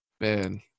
man